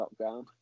lockdown